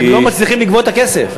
הם לא מצליחים לגבות את הכסף.